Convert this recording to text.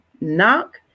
knock